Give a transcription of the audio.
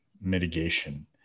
mitigation